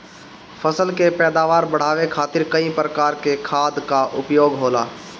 फसल के पैदावार बढ़ावे खातिर कई प्रकार के खाद कअ उपयोग होला